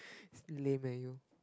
lame leh you